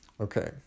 Okay